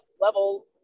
level